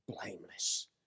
blameless